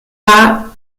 war